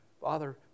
Father